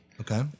okay